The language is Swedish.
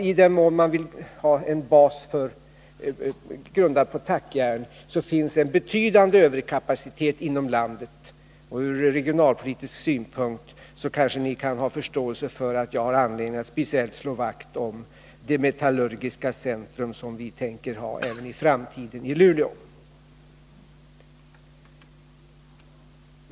I den mån man vill ha tackjärn som bas gäller att det finns betydande överkapacitet inom landet. Och ur regionalpolitisk synpunkt kanske ni kan ha förståelse för att jag har anledning att speciellt slå vakt om det metallurgiska centrum som vi tänker ha även i framtiden i Luleå.